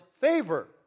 favor